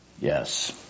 Yes